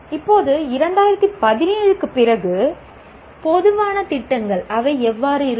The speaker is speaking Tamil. இப்போது 2017 க்குப் பிறகு பொதுவான திட்டங்கள் அவை எவ்வாறு இருக்கும்